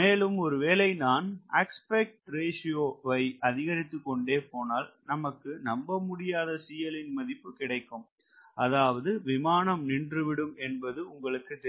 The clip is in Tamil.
மேலும் ஒருவேளை நான் ஆஸ்பெக்ட் ரேஷியோ வை அதிகரித்துக்கொண்டே போனால் நமக்கு நம்பமுடியாத ன் மதிப்பு கிடைக்கும் அதாவது விமானம் நின்று விடும் என்பது உங்களுக்கு தெரியும்